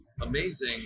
amazing